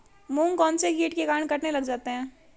मूंग कौनसे कीट के कारण कटने लग जाते हैं?